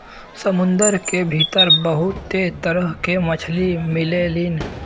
समुंदर के भीतर बहुते तरह के मछली मिलेलीन